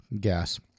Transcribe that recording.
Gas